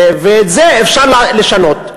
ואת זה אפשר לשנות.